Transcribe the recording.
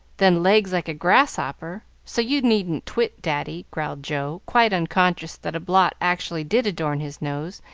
than legs like a grasshopper so you needn't twit, daddy, growled joe, quite unconscious that a blot actually did adorn his nose,